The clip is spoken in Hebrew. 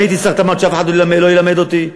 אני הייתי שר התמ"ת, שאף אחד לא ילמד אותי.